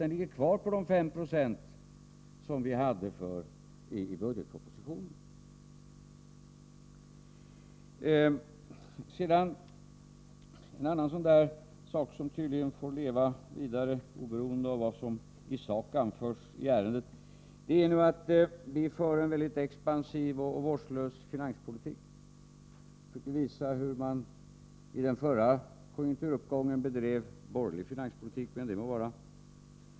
Den ligger kvar på de 5 96 som vi hade i budgetpropositionen. Ett annat påstående, som tydligen får leva vidare oberoende av vad som i sak anförs i ärendet, är att vi för en väldigt expansiv och vårdslös finanspolitik. Jag försökte visa hur man i den förra konjunkturuppgången bedrev borgerlig finanspolitik, men det må vara.